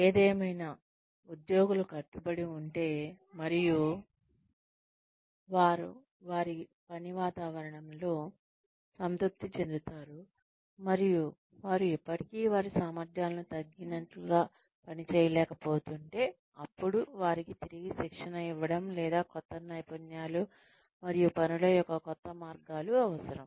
ఏదేమైనా ఉద్యోగులు కట్టుబడి ఉంటే మరియు వారు వారి పని వాతావరణంతో సంతృప్తి చెందుతారు మరియు వారు ఇప్పటికీ వారి సామర్థ్యాలకు తగినట్లుగా పని చేయలేకపోతుంటే అప్పుడు వారికి తిరిగి శిక్షణ ఇవ్వడం లేదా కొత్త నైపుణ్యాలు మరియు పనుల యొక్క కొత్త మార్గాలు అవసరం